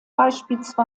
bspw